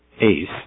ace